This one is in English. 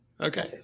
Okay